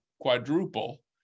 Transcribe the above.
quadruple